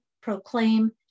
proclaim